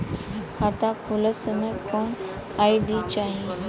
खाता खोलत समय कौन आई.डी चाही?